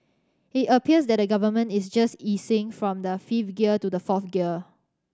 it appears that the Government is just easing from the fifth gear to the fourth gear